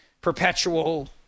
perpetual